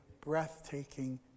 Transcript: breathtaking